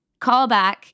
callback